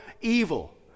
evil